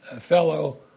fellow